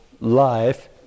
life